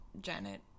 Janet